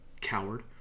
Coward